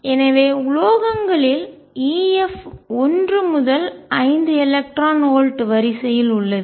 எனவே உலோகங்களில் F ஒன்று முதல் 5 எலக்ட்ரான் வோல்ட் வரிசையில் உள்ளது